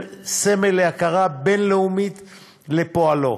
סמל להכרה בין-לאומית לפועלו.